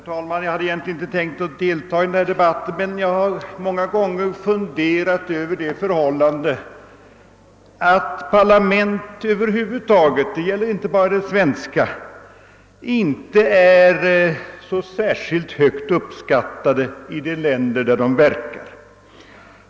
Herr talman! Jag hade egentligen inte tänkt delta i denna debatt. Men jag har många gånger funderat över det förhållandet, att parlament över huvud taget — det gäller alltså inte bara det svenska — inte är så särskilt högt uppskattade i de länder där de verkar.